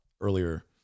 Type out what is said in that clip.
earlier